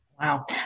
Wow